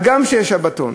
הגם שיש שבתון.